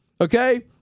Okay